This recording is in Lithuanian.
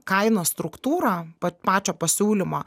kainos struktūrą pa pačio pasiūlymo